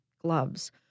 gloves